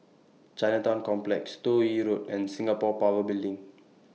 Chinatown Complex Toh Yi Road and Singapore Power Building